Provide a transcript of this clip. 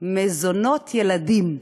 מזונות ילדים.